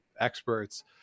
experts